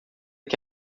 que